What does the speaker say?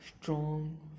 strong